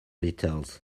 details